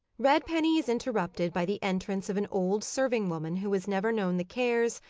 redpenny is interrupted by the entrance of an old serving-woman who has never known the cares,